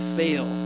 fail